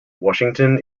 washington